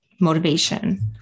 motivation